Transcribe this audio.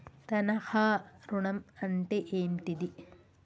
తనఖా ఋణం అంటే ఏంటిది?